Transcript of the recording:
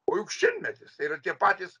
o juk šimtmetis yra tie patys